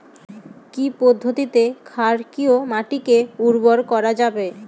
কি পদ্ধতিতে ক্ষারকীয় মাটিকে উর্বর করা যাবে?